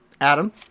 Adam